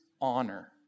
honor